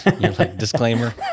Disclaimer